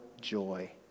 joy